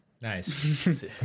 Nice